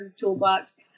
toolbox